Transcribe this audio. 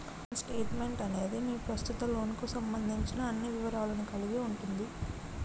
loan statement అనేది మీ ప్రస్తుత లోన్కు సంబంధించిన అన్ని వివరాలను కలిగి ఉంటది